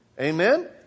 Amen